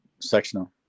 sectional